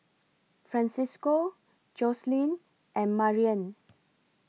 Francesco Joselin and Marian